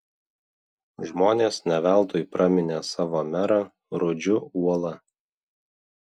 žmonės ne veltui praminė savo merą rudžiu uola